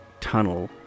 tunnel